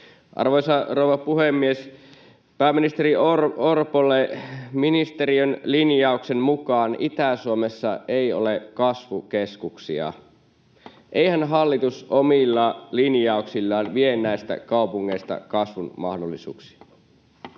Arvoisa rouva puhemies! Pääministeri Orpolle: Ministeriön linjauksen mukaan Itä-Suomessa ei ole kasvukeskuksia. Eihän hallitus omilla linjauksillaan vie näistä kaupungeista kasvun mahdollisuuksia?